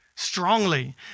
strongly